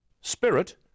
spirit